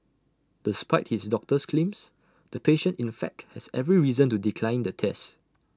despite his doctor's claims the patient in fact has every reason to decline the test